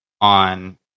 on